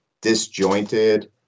disjointed